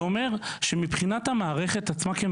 זה פשוט שינוי תוכנה.